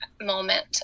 moment